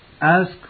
Ask